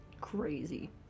crazy